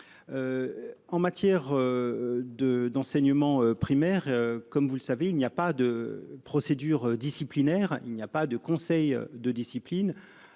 En matière. De d'enseignement primaire comme vous le savez, il n'y a pas de procédure disciplinaire, il n'y a pas de conseils de discipline.